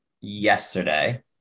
yesterday